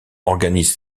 organise